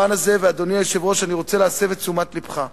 ואדוני היושב-ראש, אני רוצה להסב את תשומת לבך: